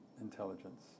intelligence